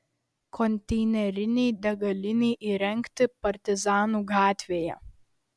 konteinerinei degalinei įrengti partizanų gatvėje